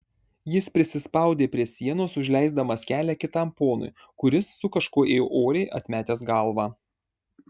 jis prisispaudė prie sienos užleisdamas kelią kitam ponui kuris su kažkuo ėjo oriai atmetęs galvą